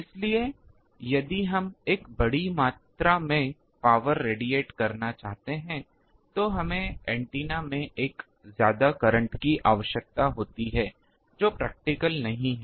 इसलिए यदि हम एक बड़ी मात्रा में पावर रेडिएट करना चाहते हैं तो हमें ऐन्टेना में एक ज्यादा करंट की आवश्यकता होती है जो प्रैक्टिकल नहीं है